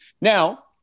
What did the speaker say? Now